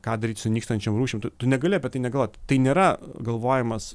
ką daryt su nykstančiom rūšim tu tu negali apie tai negalvot tai nėra galvojimas